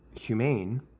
humane